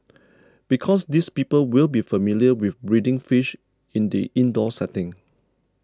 because these people will be familiar with breeding fish in the indoor setting